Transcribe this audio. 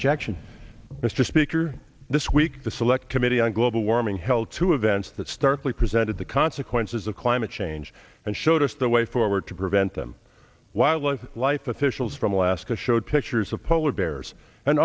objection mr speaker this week the select committee on global warming held two events that starkly presented the consequences of climate change and showed us the way forward to prevent them wildlife life officials from alaska showed pictures of polar bears and